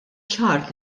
ċar